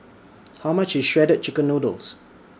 How much IS Shredded Chicken Noodles